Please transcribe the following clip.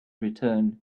return